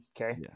Okay